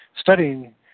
studying